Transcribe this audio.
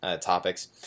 topics